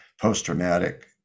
post-traumatic